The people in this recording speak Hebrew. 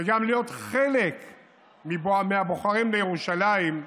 וגם להיות חלק מהבוחרים בירושלים,